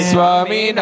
Swami